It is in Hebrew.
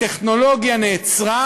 הטכנולוגיה נעצרה,